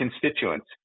constituents